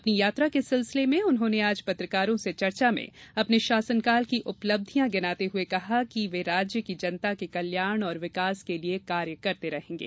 अपनी यात्रा के सिलसिले में उन्होंने आज पत्रकारों से चर्चा में अपने शासनकाल की उपलब्धियां गिनाते हुए कहा कि राज्य की जनता के कल्याण और विकास के लिये कार्य करते रहेंगे